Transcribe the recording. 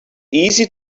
easy